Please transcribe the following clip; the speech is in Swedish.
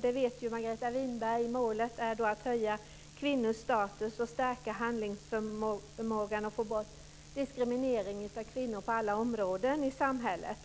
Det vet Margareta Winberg. Målet är att höja kvinnors status, stärka deras handlingsförmåga och få bort diskriminering av kvinnor på alla områden i samhället.